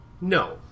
No